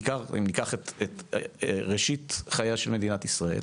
בעיקר אם ניקח את ראשית חייה של מדינת ישראל,